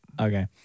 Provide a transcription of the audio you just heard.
Okay